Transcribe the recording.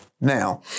Now